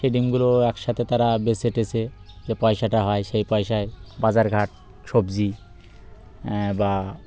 সে ডিমগুলো একসাথে তারা বেঁচে টেচে যে পয়সাটা হয় সেই পয়সায় বাজার ঘাট সবজি বা